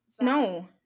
no